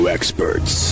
Experts